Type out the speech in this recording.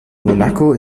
monaco